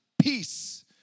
peace